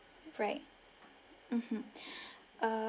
right mmhmm ah